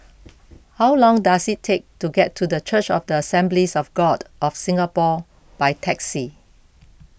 how long does it take to get to Church of the Assemblies of God of Singapore by taxi